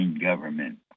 government